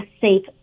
safe